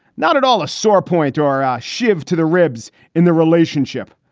not at all a sore point or a a shift to the ribs in the relationship.